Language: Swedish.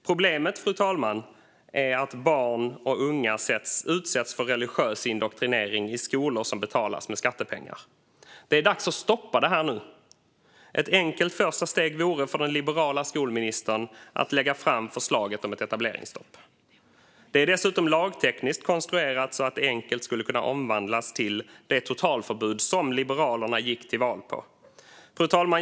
Problemet, fru talman, är att barn och unga utsätts för religiös indoktrinering i skolor som betalas med skattepengar. Det är dags att stoppa det här nu. Ett enkelt första steg vore för den liberala skolministern att lägga fram förslaget om ett etableringsstopp. Det är dessutom lagtekniskt så konstruerat att det enkelt skulle kunna omvandlas till det totalförbud som Liberalerna gick till val på. Fru talman!